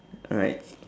alright